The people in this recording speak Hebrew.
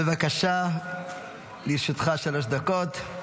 בבקשה, לרשותך שלוש דקות.